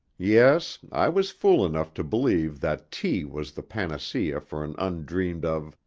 yes, i was fool enough to believe that tea was the panacea for an undreamed-of,